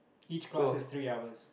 each class has three hours